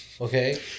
Okay